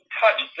touch